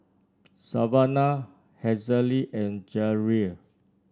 Savanna Hazelle and Jerrell